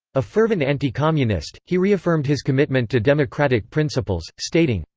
a fervent anti-communist, he reaffirmed his commitment to democratic principles, stating,